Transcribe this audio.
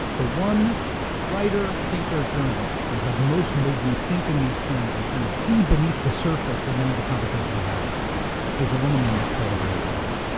the one writer, thinker, journalist who has most made me think in these terms and kind of see beneath the surface of many of the conversations we have is a woman named nikole hannah-jones.